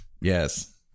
Yes